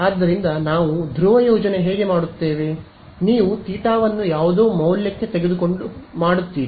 ಆದ್ದರಿಂದ ನಾವು ಧ್ರುವ ಯೋಜನೆ ಹೇಗೆ ಮಾಡುತ್ತೇವೆ ನೀವು ಥೀಟಾವನ್ನು ಯಾವುದೋ ಮೌಲ್ಯಕ್ಕೆ ತೆಗೆದುಕೊಂಡು ಮಾಡುತ್ತೀರಿ